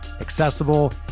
accessible